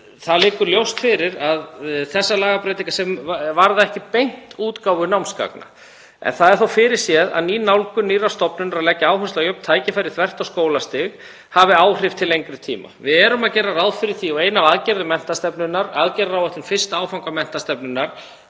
Það liggur ljóst fyrir að þessar lagabreytingar varða ekki beint útgáfu námsgagna en það er þó fyrirséð að ný nálgun nýrrar stofnunar, að leggja áherslu á jöfn tækifæri þvert á skólastig, hafi áhrif til lengri tíma. Við erum að gera ráð fyrir því og ein af aðgerðum menntastefnunnar, aðgerðaáætlun fyrsta áfanga menntastefnunnar,